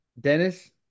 Dennis